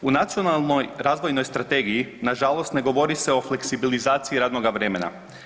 U Nacionalnoj razvojnoj strategiji na žalost ne govori se o fleksibilizaciji radnoga vremena.